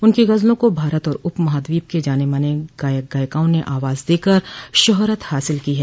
उनकी ग़जलों को भारत और उप महाद्वीप के जाने माने गायक गायिकाओं ने आवाज देकर शोहरत हासिल की है